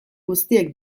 guztiek